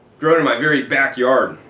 growing in my very backyard.